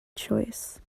choice